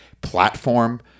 platform